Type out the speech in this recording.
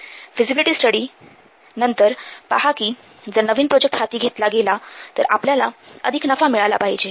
feasibility study नंतर पहा कि जर नवीन प्रोजेक्ट हाती घेतला गेला तर आपल्याला अधिक नफा मिळाला पाहिजे